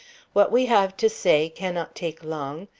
what we have to say cannot take long.